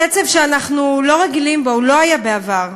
קצב שאנחנו לא רגילים בו, הוא לא היה בעבר.